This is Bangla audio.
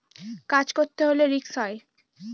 কাজ করতে হলে রিস্ক হয়